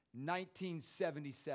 1977